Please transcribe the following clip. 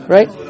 Right